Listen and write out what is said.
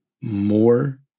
more